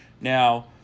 Now